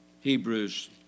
Hebrews